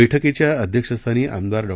बैठकीच्या अध्यक्षस्थानी आमदार डॉ